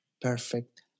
perfect